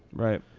right.